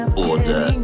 order